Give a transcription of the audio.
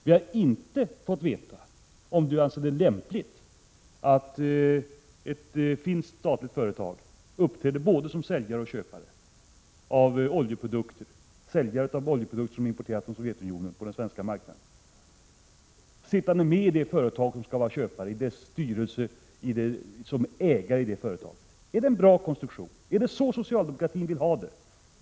Vi har inte fått veta om Leo Persson anser det lämpligt att ett finskt statligt företag uppträder både som köpare och som säljare av olja från Sovjetunionen till den svenska marknaden; att det säljande företaget som ägare också sitter med i styrelsen för det företag som skall vara köpare. Är det en bra konstruktion, är det så socialdemokratin vill ha det?